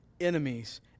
enemies